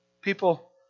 People